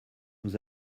nous